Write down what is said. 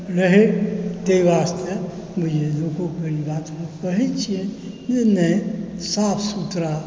रहै तै वास्ते बुझिऔ लोककेँ ई बात कहै छियै जे नहि साफ सुथड़ा